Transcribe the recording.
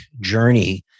journey